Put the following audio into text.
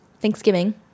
Thanksgiving